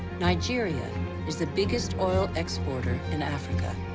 nigeria is the biggest oil exporter in africa,